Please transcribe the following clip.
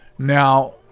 Now